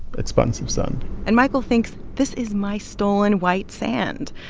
expansive sand and michael thinks this is my stolen, white sand.